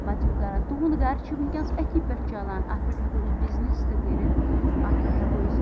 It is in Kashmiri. پَتہٕ چھِ یِم کَران تُہُنٛد گَرٕ چھ ونکس أتھی پٮ۪ٹھ چَلان اتھ پٮ۪ٹھ ہیٚکو أسۍ بِزنٮ۪س تہٕ کٔرِتھ اتھ پٮ۪ٹھ ہیٚکو أسۍ